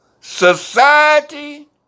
society